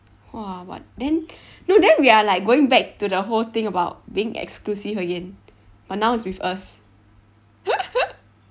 !wah! but then no then we are like going back to the whole thing about being exclusive again but now it's with us